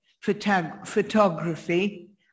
photography